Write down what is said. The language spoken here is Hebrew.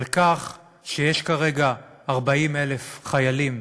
על כך שיש כרגע 40,000 חיילים,